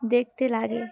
দেখতে লাগে